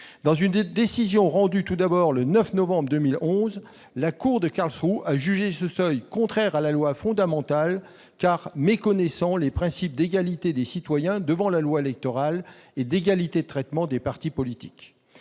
Dans une décision du 9 novembre 2011, la cour de Karlsruhe a jugé ce seuil contraire à la loi fondamentale, car méconnaissant les principes d'égalité des citoyens devant la loi électorale et d'égalité de traitement des partis politiques.